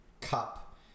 cup